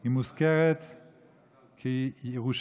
היא מוזכרת כ"ירושלם".